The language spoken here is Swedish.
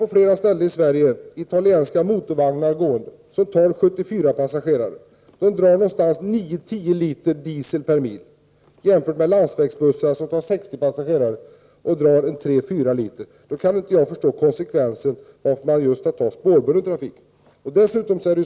På flera håll i Sverige används italienska motorvagnar. Dessa tar 74 passagerare. De här vagnarna kräver 9—10 liter diesel per mil — att jämföra med landsvägsbussar som tar 60 passagerare och som kräver 3—4 liter diesel per mil. Jag kan alltså inte förstå varför det skulle vara just spårbunden trafik.